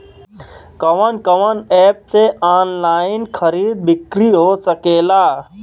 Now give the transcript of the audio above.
कवन कवन एप से ऑनलाइन खरीद बिक्री हो सकेला?